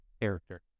character